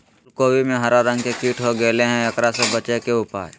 फूल कोबी में हरा रंग के कीट हो गेलै हैं, एकरा से बचे के उपाय?